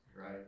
Right